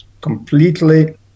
completely